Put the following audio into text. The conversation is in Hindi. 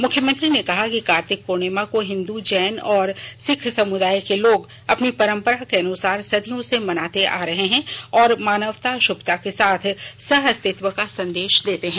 मुख्यमंत्री ने कहा है कि कार्तिक पूर्णिमा को हिंद जैन और सीख समुदाय के लोग अपनी परंपरा के अनुसार सदियों से मनाते आ रहे हैं और मानवता शुभता के साथ सहअस्तित्व का संदेश देते हैं